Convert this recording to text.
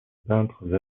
peintres